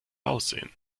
aussehen